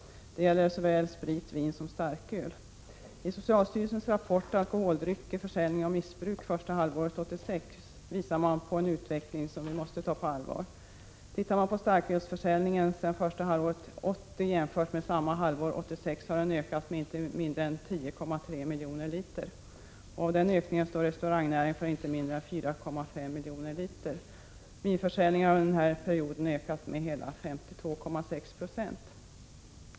Det gäller såväl sprit som vin och starköl. Socialstyrelsens rapport Alkoholdrycker — försäljning och missbruk, första halvåret 1986 visar på en utveckling som vi måste ta på allvar. Starkölsförsäljningen har ökat med inte mindre än 10,3 miljoner liter jämfört med första halvåret 1980. Av denna ökning står restaurangnäringen för inte mindre än 4,5 miljoner liter. Vinförsäljningen har under denna period ökat med hela 52,6 20.